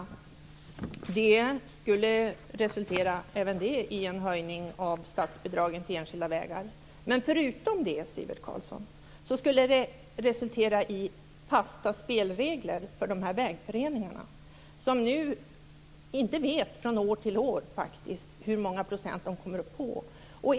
Även det skulle resultera i en höjning av statsbidragen till enskilda vägar. Förutom det, Sivert Carlsson, skulle det resultera i fasta spelregler för vägföreningarna. De vet nu inte från år till år hur många procent de kommer att få.